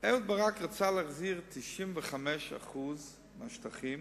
אהוד ברק רצה להחזיר 95% מהשטחים,